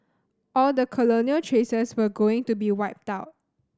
all the colonial traces were going to be wiped out